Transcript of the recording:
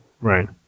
Right